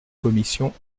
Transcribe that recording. commissions